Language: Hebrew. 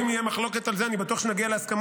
ואם תהיה מחלוקת על זה אני בטוח שנגיע להסכמות,